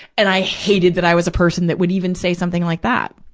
and i hated that i was a person that would even say something like that.